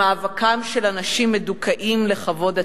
במאבקם של אנשים מדוכאים לכבוד עצמי.